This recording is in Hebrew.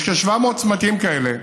יש כ-700 צמתים כאלה,